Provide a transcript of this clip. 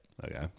Okay